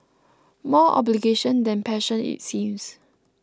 more obligation than passion it seems